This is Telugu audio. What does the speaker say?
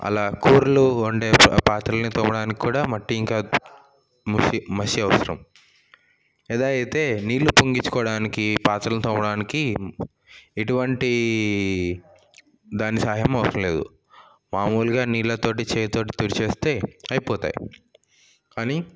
అలా కూరలు వండే పాత్రల్ని తోమడానికి కూడా మట్టి ఇంకా మసి అవసరం ఎదా అయితే నీళ్లు పొంగిచ్చుకోడానికి పాత్రలు తోమడానికి ఎటువంటి దాని సహాయం అవసరం లేదు మామూలుగా నీళ్ళతో చేయితో తుడిచేస్తే అయిపోతాయి కానీ